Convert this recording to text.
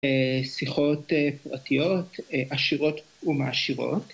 שיחות פרטיות, עשירות ומעשירות